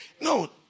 No